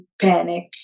panic